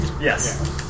Yes